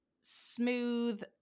smooth